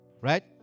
Right